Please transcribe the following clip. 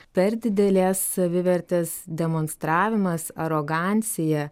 per didelės savivertės demonstravimas arogancija